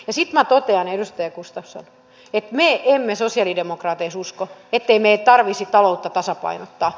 ja sitten minä totean että me emme sosialidemokraateissa usko ettei meidän tarvitsisi taloutta tasapainottaa